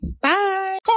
Bye